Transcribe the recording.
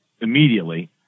immediately